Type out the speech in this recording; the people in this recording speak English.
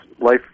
life